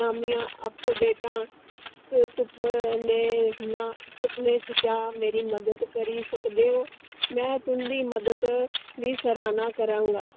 नमियां अपडेटां तुप्पने च जां मेरी मदद करी सकदे ओ में तुं'दी मदद दी सराह्गा करां गा